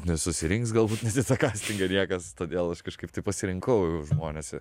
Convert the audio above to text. nesusirinks galbūt net į tą kastingą niekas todėl aš kažkaip tai pasirinkau žmones